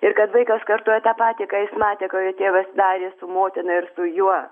ir kad vaikas kartoja tą patį ką jis matė ką jo tėvas darė su motina ir su juo